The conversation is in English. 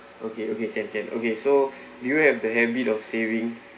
okay okay can can okay so do you have the habit of saving